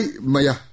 maya